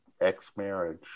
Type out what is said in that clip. ex-marriage